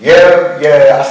yeah yeah